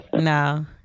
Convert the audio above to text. No